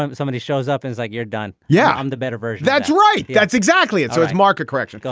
um somebody shows up and it's like you're done yeah i'm the better version. that's right. that's exactly it. so it's market correction.